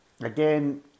again